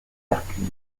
hercule